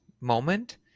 moment